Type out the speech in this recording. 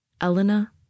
Elena